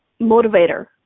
motivator